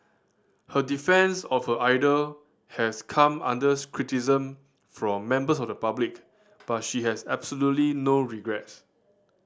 her defence of her idol has come under criticism from members of the public but she has absolutely no regrets